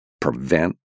prevent